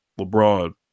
LeBron